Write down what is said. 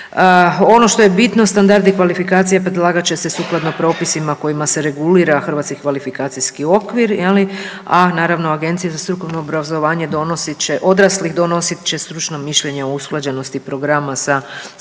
Ono što je bitno standardi i kvalifikacije predlagat će se sukladno propisima kojima se regulira HKO je li, a naravno Agencija za strukovno obrazovanje donosit će, odraslih, donosit će stručno mišljenje o usklađenosti programa sa standardom